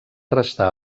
restar